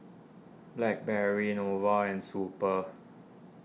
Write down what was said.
Blackberry Nova and Super